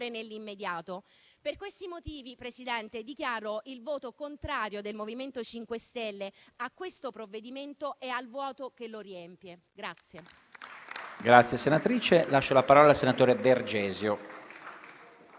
nell'immediato. Per questi motivi, Presidente, dichiaro il voto contrario del MoVimento 5 Stelle a questo provvedimento e al vuoto che lo riempie.